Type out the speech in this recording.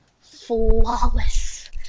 Flawless